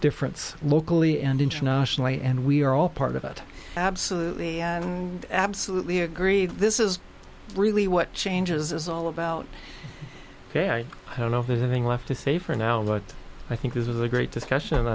difference locally and internationally and we are all part of it absolutely absolutely agree this is really what changes is all about ok i don't know if there's anything left to say for now but i think this is a great discussion and